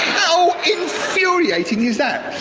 how infuriating is that?